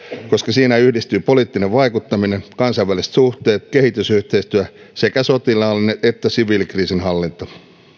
siinä yhdistyvät poliittinen vaikuttaminen kansainväliset suhteet kehitysyhteistyö ja sekä sotilaallinen että siviilikriisinhallinta